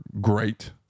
great